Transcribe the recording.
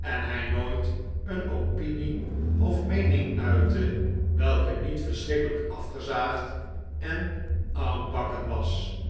en hij nooit een opinie of meening uitte welke niet verschrikkelijk afgezaagd en oudbakken was